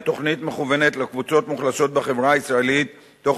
התוכנית מכוונת לקבוצות מוחלשות בחברה הישראלית תוך